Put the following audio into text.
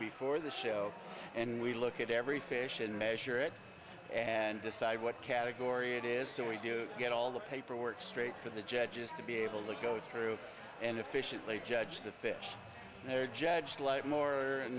before the show and we look at every fish and measure it and decide what category it is so we do get all the paperwork straight for the judges to be able to go through and efficiently judge the fish they're judged light more or